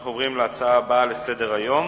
אנחנו עוברים להצעה הבאה לסדר-היום,